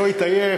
שלא יתעייף.